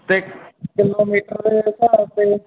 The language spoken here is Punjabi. ਅਤੇ ਕਿਲੋਮੀਟਰ ਦੇ ਹਿਸਾਬ 'ਤੇ